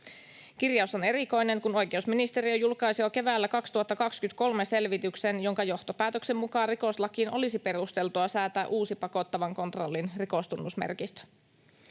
Kirjaus on erikoinen, kun oikeusministeriö julkaisi jo keväällä 2023 selvityksen, jonka johtopäätöksen mukaan rikoslakiin olisi perusteltua säätää uusi pakottavan kontrollin rikostunnusmerkistö.